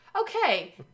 okay